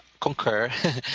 concur